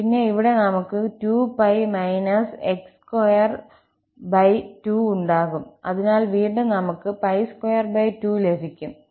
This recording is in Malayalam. പിന്നെ ഇവിടെ നമുക്ക് − 2𝜋−𝑥22 ഉണ്ടാകും അതിനാൽ വീണ്ടും നമുക്ക് π22 ലഭിക്കും